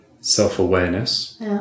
self-awareness